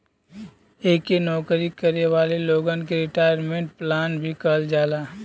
एके नौकरी करे वाले लोगन क रिटायरमेंट प्लान भी कहल जाला